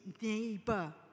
neighbor